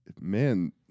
man